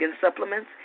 supplements